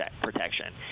protection